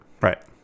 Right